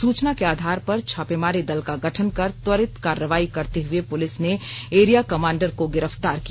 सूचना के आधार पर छापामारी दल का गठन कर त्वरित कार्रवाई करते हुए पुलिस ने एरिया कमांडर को गिरफ्तार किया